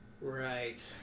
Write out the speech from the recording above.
Right